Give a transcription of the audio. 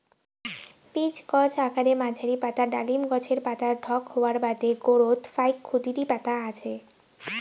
pitch গছ আকারে মাঝারী, পাতা ডালিম গছের পাতার ঢক হওয়ার বাদে গোরোত ফাইক ক্ষুদিরী পাতা আছে